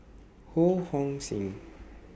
Ho Hong Sing